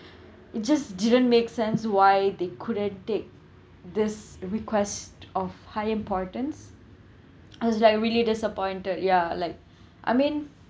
it just didn't make sense why they couldn't take this request of high importance as I really disappointed ya like I mean